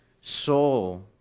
soul